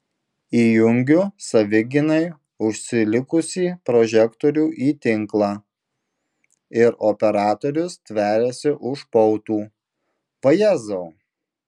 įjungiu savigynai užsilikusį prožektorių į tinklą ir operatorius stveriasi už pautų vajezau